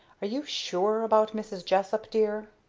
are you sure about mrs. jessup, dear?